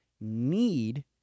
need